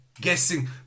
Guessing